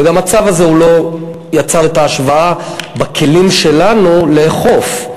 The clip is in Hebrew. וגם הצו הזה לא יצר את ההשוואה בכלים שלנו לאכוף.